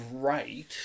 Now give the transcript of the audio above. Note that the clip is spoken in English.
great